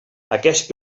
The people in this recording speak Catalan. aquest